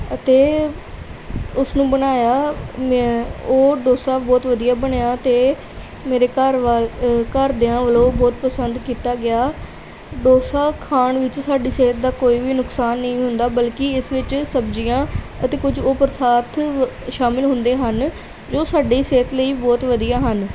ਅਤੇ ਉਸ ਨੂੰ ਬਣਾਇਆ ਮੈਂ ਉਹ ਡੋਸਾ ਬਹੁਤ ਵਧੀਆ ਬਣਿਆ ਅਤੇ ਮੇਰੇ ਘਰ ਵਾਲ ਘਰਦਿਆਂ ਵੱਲੋਂ ਬਹੁਤ ਪਸੰਦ ਕੀਤਾ ਗਿਆ ਡੋਸਾ ਖਾਣ ਵਿੱਚ ਸਾਡੀ ਸਿਹਤ ਦਾ ਕੋਈ ਵੀ ਨੁਕਸਾਨ ਨਹੀਂ ਹੁੰਦਾ ਬਲਕਿ ਇਸ ਵਿੱਚ ਸਬਜ਼ੀਆਂ ਅਤੇ ਕੁਝ ਉਹ ਪਦਾਰਥ ਵ ਸ਼ਾਮਿਲ ਹੁੰਦੇ ਹਨ ਜੋ ਸਾਡੀ ਸਿਹਤ ਲਈ ਬਹੁਤ ਵਧੀਆ ਹਨ